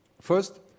First